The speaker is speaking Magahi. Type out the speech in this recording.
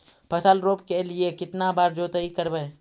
फसल रोप के लिय कितना बार जोतई करबय?